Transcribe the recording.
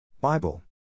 Bible